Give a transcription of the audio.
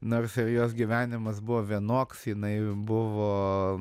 nors jau jos gyvenimas buvo vienoks jinai buvo